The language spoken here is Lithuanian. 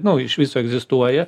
nu iš viso egzistuoja